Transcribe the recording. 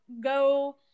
go